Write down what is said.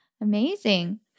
Amazing